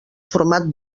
format